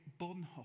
Bonhoeffer